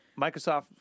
Microsoft